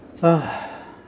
!hais!